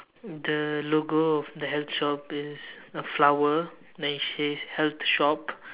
the logo of the health shop is a flower then it says health shop